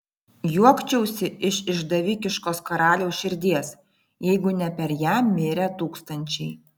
juokčiausi iš išdavikiškos karaliaus širdies jeigu ne per ją mirę tūkstančiai